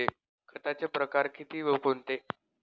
खताचे प्रकार किती व कोणते?